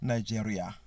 Nigeria